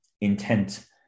intent